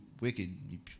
wicked